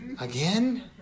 Again